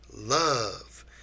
Love